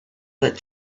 that